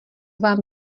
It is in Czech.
vám